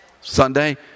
Sunday